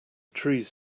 trees